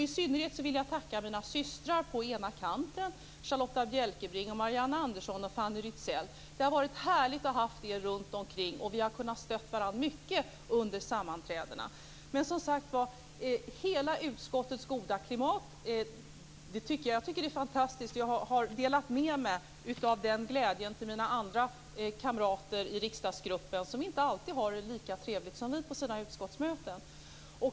I synnerhet vill jag tacka mina systrar på ena kanten, Charlotta Bjälkebring, Marianne Andersson och Fanny Rizell. Det har varit härligt att ha haft er runtomkring! Vi har stöttat varandra mycket under sammanträdena. Jag tycker att hela utskottets goda klimat är fantastiskt. Jag har delat med mig av den glädjen till mina andra kamrater i riksdagsgruppen, som inte alltid har det lika trevligt som vi på sina utskottsmöten.